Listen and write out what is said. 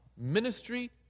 Ministry